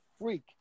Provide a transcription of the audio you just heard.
freak